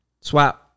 Swap